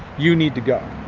you need to go.